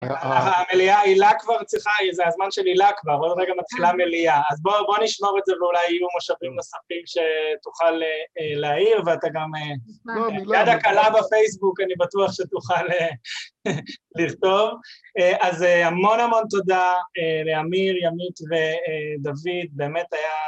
המליאה עילה כבר צריכה, זה הזמן שנעילה כבר, רגע מתחילה מליאה, אז בואו נשמור את זה ואולי יהיו מושבים נוספים שתוכל להעיר, ואתה גם יד הקלה בפייסבוק אני בטוח שתוכל לכתוב, אז המון המון תודה לאמיר, ימית ודוד, באמת היה